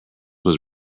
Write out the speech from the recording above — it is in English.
was